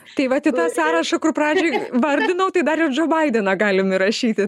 tai vat į tą sąrašą kur pradžioj vardinau tai dar ir džo baideną galim įrašyti